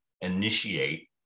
initiate